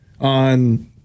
on